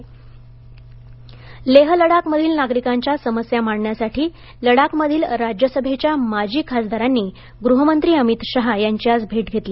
लेह लडाख लेह लडाखमधील नागरीकांच्या समस्या मांडण्यासाठी लडाखमधील राज्यसभेच्या माजी खासदारांनी गृहमंत्री अमित शहा यांची आज भेट घेतली